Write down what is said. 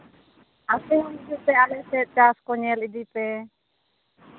ᱟᱯᱮ ᱦᱚᱸ ᱦᱤᱡᱩᱜ ᱯᱮ ᱟᱞᱮ ᱥᱮᱫ ᱪᱟᱥ ᱠᱚ ᱧᱮᱞ ᱤᱫᱤ ᱯᱮ